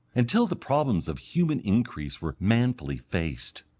until the problems of human increase were manfully faced.